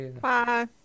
Bye